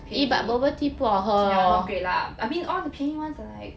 ya not great lah but I mean all the 便宜 ones are like